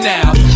Now